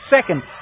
second